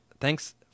Thanks